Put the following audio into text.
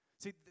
See